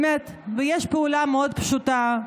באמת יש פעולה מאוד פשוטה,